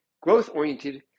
growth-oriented